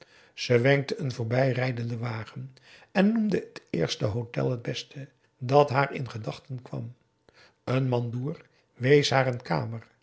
ze wenkte een voorbijrijdenden wagen en noemde het eerste hotel t beste dat haar p a daum hoe hij raad van indië werd onder ps maurits in de gedachten kwam een mandoer wees haar een kamer